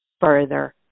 further